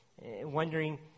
wondering